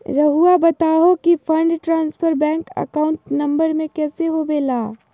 रहुआ बताहो कि fund transfer bank account number में कैसे होबेला?